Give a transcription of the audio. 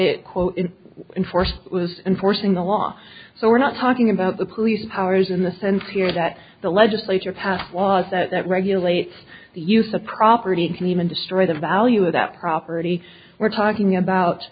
it quote in force was enforcing the law so we're not talking about the police powers in the sense here that the legislature passed laws that regulates the use of property can even destroy the value of that property we're talking about